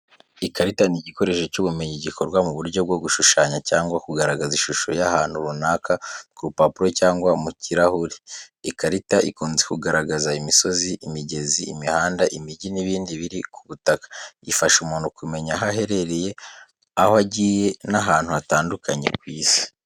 Ikarita ni igikoresho cy’ubumenyi, gikorwa mu buryo bwo gushushanya cyangwa kugaragaza ishusho y’ahantu runaka ku rupapuro cyangwa ku kirahure. Ikarita ikunze kugaragaza imisozi, imigezi, imihanda, imijyi n’ibindi biri ku butaka. Ifasha umuntu kumenya aho aherereye, aho agiye n’ahantu hatandukanye ku isi.